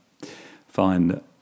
find